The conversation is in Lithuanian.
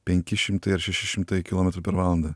penki šimtai ar šeši šimtai kilometrų per valandą